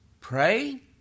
Pray